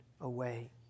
away